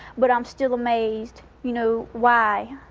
but i'm still amazed. you know, why?